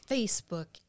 Facebook